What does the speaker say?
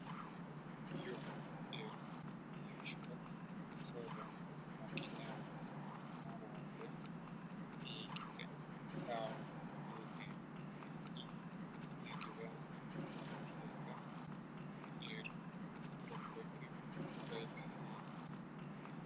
juk ir viešpats savo mokiniams nurodė eikite sau vieni į negyvenamą vietą ir truputį pailsėkite